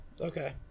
okay